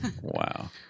Wow